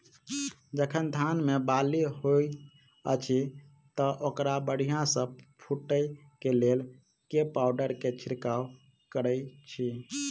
जखन धान मे बाली हएत अछि तऽ ओकरा बढ़िया सँ फूटै केँ लेल केँ पावडर केँ छिरकाव करऽ छी?